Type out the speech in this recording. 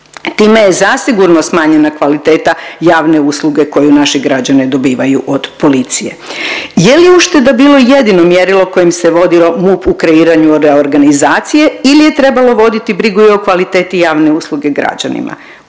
Time je zasigurno smanjena kvaliteta javne usluge koju naši građani dobivaju od policije. Je li ušteda bilo jedino mjerilo kojim se vodio MUP u kreiranju reorganizacije ili je trebalo voditi brigu i o kvaliteti javne usluge građanima?